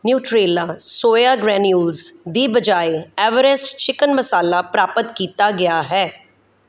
Nutrela soya granules ਦੀ ਬਜਾਏ Everest chicken masala ਪ੍ਰਾਪਤ ਕੀਤਾ ਗਿਆ ਹੈ